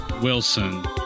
Wilson